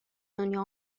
دنیا